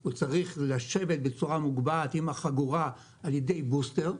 הוא צריך לשבת בצורה מוגבהת עם החגורה על ידי בוסטר,